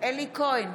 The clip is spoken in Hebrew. אלי כהן,